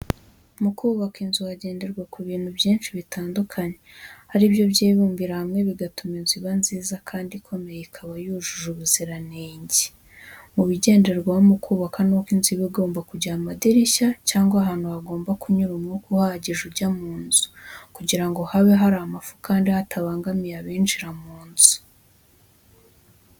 Mu kubaka inzu hagenderwa ku bintu byinshi bitandukanye ari byo byibumbira hakwe bigatuma inzu iba nziza kandi ikomeye ikaba yujuye ubuziranenge. Mu bigenderwaho mu kubaka n'uko inzu igomba kugira amadirishya cyangwa ahantu hagomba kunyura umwuka uhagije ujya mu nzu kugira ngo habe hari amafu kandi hatabangamiye abinjira mu nzu.